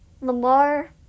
Lamar